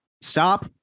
stop